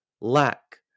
lack